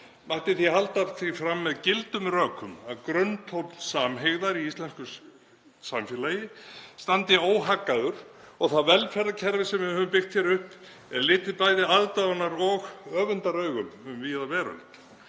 mætti halda því fram með gildum rökum að grunntónn samhygðar í íslensku samfélagi standi óhaggaður og það velferðarkerfi sem við höfum byggt upp er litið bæði aðdáunar- og öfundaraugum um víða veröld.